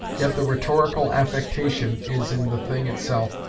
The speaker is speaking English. yet the rhetorical affectation is in the thing itself,